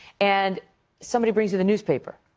and somebody brings you the newspaper.